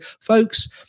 folks